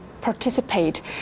participate